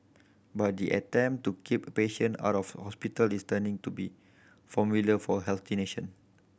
but the attempt to keep patient out of hospital is turning to be formula for a healthy nation